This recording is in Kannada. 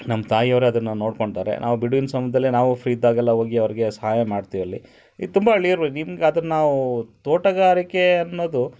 ನಮ್ಮ ತಾಯಿಯವ್ರೇ ಅದನ್ನ ನೋಡ್ಕೊಳ್ತಾರೆ ನಾವು ಬಿಡುವಿನ ಸಮ್ಯದಲ್ಲೇ ನಾವು ಫ್ರೀ ಇದ್ದಾಗೆಲ್ಲ ಹೋಗಿ ಅವರಿಗೆ ಸಹಾಯ ಮಾಡ್ತೀವಿ ಅಲ್ಲಿ ಇದು ತುಂಬ ಅದನ್ ನಾವು ತೋಟಗಾರಿಕೆ ಅನ್ನೋದು